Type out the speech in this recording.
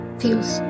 feels